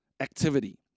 activity